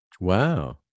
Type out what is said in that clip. Wow